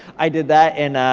i did that in,